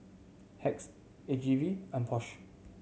Hacks A G V and Porsche